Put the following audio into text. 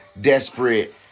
desperate